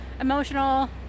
emotional